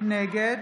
נגד